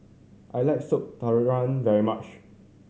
I like Soup Tulang very much